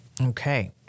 Okay